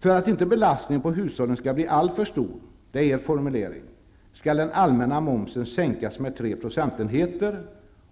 För att inte belastningen på hushållen skall bli alltför stor, det är er formulering, skall den allmänna momsen sänkas med tre procentenheter,